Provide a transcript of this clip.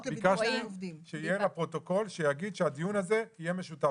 וביקשתי שיגיד לפרוטוקול שהדיון הזה יהיה משותף.